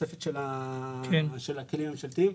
התוספת של הכלים הממשלתיים?